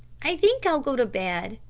i think i'll go to bed.